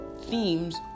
themes